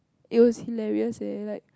it was hilarious leh like